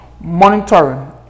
monitoring